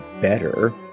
better